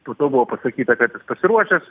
po to buvo pasakyta kad jis pasiruošęs